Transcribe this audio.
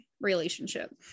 relationship